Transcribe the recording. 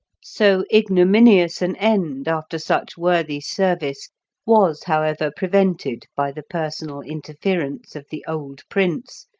so ignominious an end after such worthy service was, however, prevented by the personal interference of the old prince,